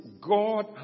God